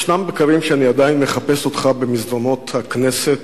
ישנם בקרים שאני עדיין מחפש אותך במסדרונות הכנסת